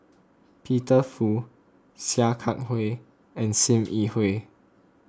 Peter Fu Sia Kah Hui and Sim Yi Hui